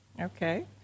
Okay